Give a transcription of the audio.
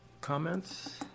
comments